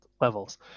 levels